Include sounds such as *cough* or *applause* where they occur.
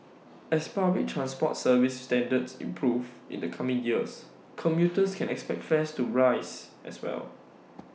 as public transport service standards improve in the coming years commuters *noise* can expect fares to rise as well